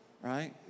right